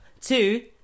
two